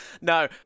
No